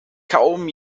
kaum